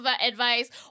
advice